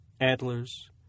antlers